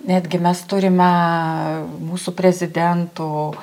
netgi mes turime mūsų prezidento